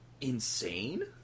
insane